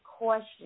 question